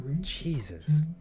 Jesus